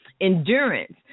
Endurance